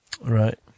right